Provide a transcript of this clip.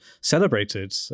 celebrated